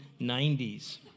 1990s